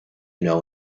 know